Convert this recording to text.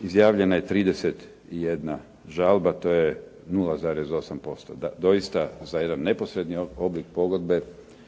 izjavljena je 31 žalba, to je 0,8%. Doista za jedan neposredni oblik pogodbe